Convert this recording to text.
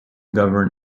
govern